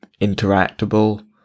interactable